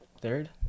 third